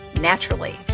naturally